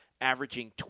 averaging